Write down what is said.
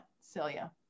Celia